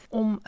om